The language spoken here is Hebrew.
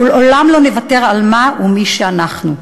ולעולם לא נוותר על מה ומי שאנחנו.